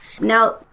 Now